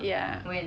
ya